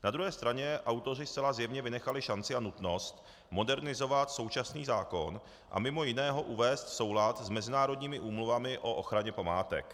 Na druhé straně autoři zcela zjevně vynechali šanci a nutnost modernizovat současný zákon a mimo jiné ho uvést v soulad s mezinárodními úmluvami o ochraně památek.